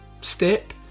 step